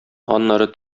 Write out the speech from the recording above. аннары